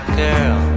girl